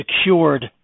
secured